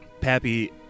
Pappy